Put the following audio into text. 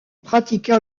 pratiqua